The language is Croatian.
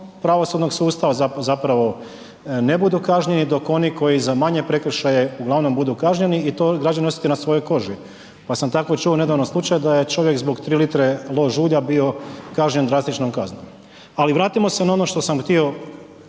pravosudnog sustava zapravo ne budu kažnjeni dok oni koji za manje prekršaje uglavnom budu kažnjeni i to građani osjete na svojoj koži pa sam tako čuo nedavno slučaj da je čovjek zbog 3 litre lož ulja bio kažnjen drastičnom kaznom. Ali vratimo se na ono što sam htio